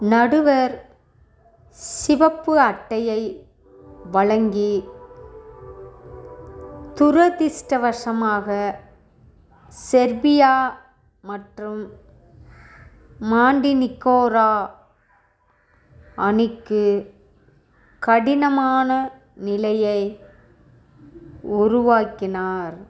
நடுவர் சிவப்பு அட்டையை வழங்கி துரதிஷ்டவசமாக செர்பியா மற்றும் மாண்டினிகோரா அணிக்கு கடினமான நிலையை உருவாக்கினார்